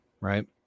right